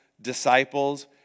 disciples